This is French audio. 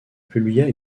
publia